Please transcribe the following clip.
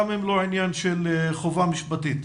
גם אם זה לא עניין של חובה משפטית.